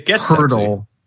hurdle